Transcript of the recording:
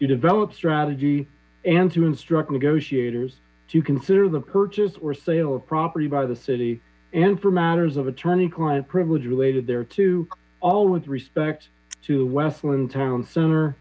you develop strategy and to instruct negotiators to consider the purchase or sale of property by the city and for matters of attorney client privilege related there to all with respect to the westland town center